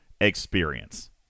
experience